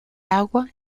agua